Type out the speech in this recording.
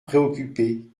préoccupé